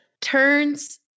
turns